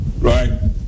Right